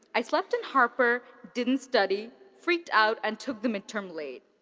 i slept in harper, didn't study, freaked out, and took the midterm late.